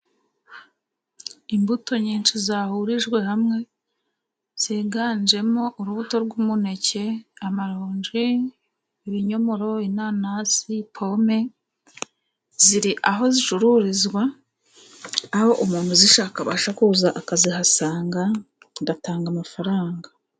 Imbuto nyinshi zahurijwe hamwe ziganjemo urubuto rw'umuneke, amaronji, ibinyomoro, inanasi, pome, ziri aho zicururizwa, aho umuntu uzishaka abasha kuza akazihasanga agatanga amafaranga.